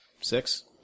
six